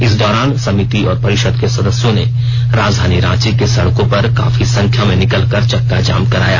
इस दौरान समिति और परिषद के सदस्य राजधानी रांची के सड़कों पर काफी संख्या में निकलकर चक्का जाम कराया